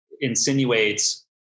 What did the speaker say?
insinuates